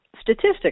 Statistics